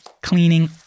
cleaning